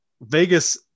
Vegas